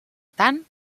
tant